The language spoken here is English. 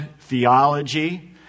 theology